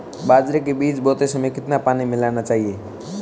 बाजरे के बीज बोते समय कितना पानी मिलाना चाहिए?